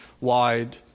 wide